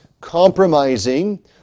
compromising